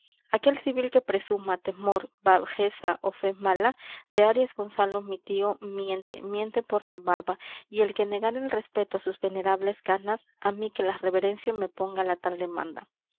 aquel civil que presuma temor bajeza ó fe mala de arias gonzalo mi tío miente miente por la barba y el que negare el respeto á sus venerables canas á mí que las reverencio me ponga la tal demanda